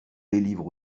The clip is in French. délivre